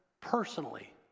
personally